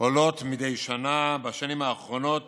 עולות מדי שנה בשנים האחרונות